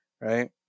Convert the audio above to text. right